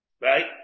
Right